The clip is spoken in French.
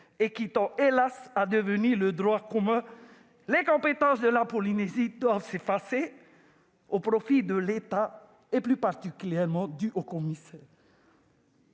et qui tend, hélas ! à devenir le droit commun, les compétences de la Polynésie doivent s'effacer au profit de celles de l'État, et plus particulièrement du haut-commissaire